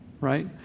Right